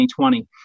2020